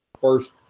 first